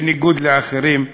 בניגוד לאחרים.